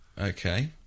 Okay